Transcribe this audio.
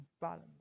balance